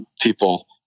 people